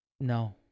No